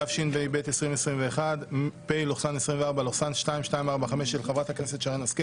התשפ"ב 2021 (פ/2245/24), של חה"כ שרן השכל